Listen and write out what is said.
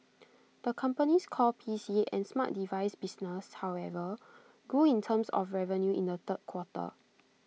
the company's core P C and smart device business however grew in terms of revenue in the third quarter